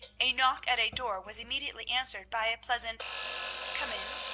a knock at a door was immediately answered by a pleasant come in.